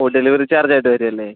ഓ delivery ചാർജായിട്ട് വരുമല്ലേ